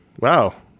Wow